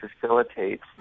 facilitates